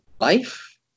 life